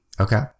okay